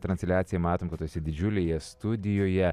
transliaciją matom kad esi didžiulėje studijoje